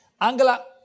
Angela